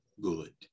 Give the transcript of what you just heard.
good